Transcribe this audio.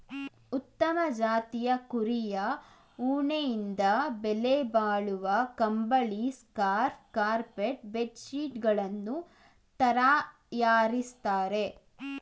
ಉತ್ತಮ ಜಾತಿಯ ಕುರಿಯ ಉಣ್ಣೆಯಿಂದ ಬೆಲೆಬಾಳುವ ಕಂಬಳಿ, ಸ್ಕಾರ್ಫ್ ಕಾರ್ಪೆಟ್ ಬೆಡ್ ಶೀಟ್ ಗಳನ್ನು ತರಯಾರಿಸ್ತರೆ